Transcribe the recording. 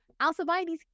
Alcibiades